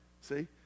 See